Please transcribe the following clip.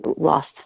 lost